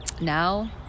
now